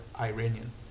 Iranian